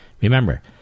Remember